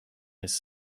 his